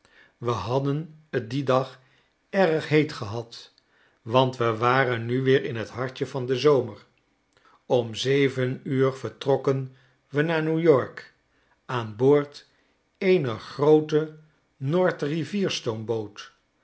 we hadden t dien dag erg heet gehad want we waren nu weer in t hartje van den zomer om zeven uur vertrokken we naar n e w y o r k aan boord eener groote